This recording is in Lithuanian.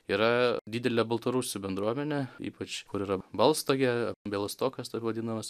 yra didelė baltarusių bendruomenė ypač kur yra balstogė bielastokas taip vadinamas